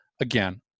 Again